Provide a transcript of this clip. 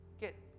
Get